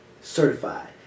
Certified